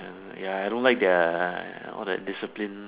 uh ya I don't like that all the discipline